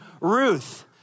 Ruth